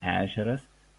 ežeras